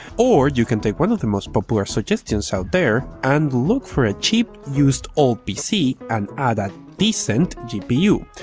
or you can take one of the most popular suggestions out there and look for a cheap used old pc and add a decent gpu.